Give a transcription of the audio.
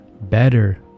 better